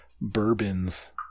bourbons